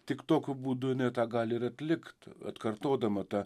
tik tokiu būdu ne tą gali ir atlikt atkartodama tą